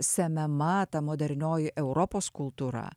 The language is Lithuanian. semema ta modernioji europos kultūra